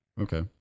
Okay